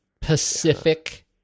Pacific